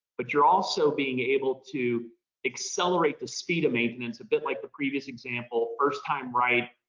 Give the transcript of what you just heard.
but you're also being able to accelerate the speed of maintenance a bit like the previous example first time, right.